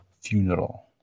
funeral